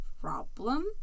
problem